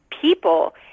people